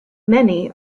many